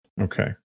Okay